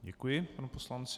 Děkuji panu poslanci.